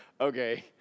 Okay